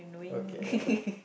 okay ya